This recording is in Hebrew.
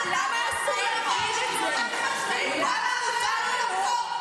אני לא יכולה לשמוע את זה, למה זה צד אחד?